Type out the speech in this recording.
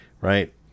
right